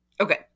Okay